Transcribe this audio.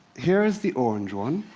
here is the orange one.